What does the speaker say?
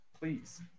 Please